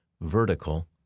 vertical